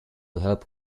help